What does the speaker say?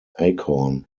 acorn